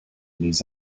les